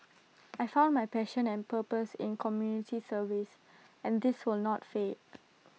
I found my passion and purpose in community service and this will not fade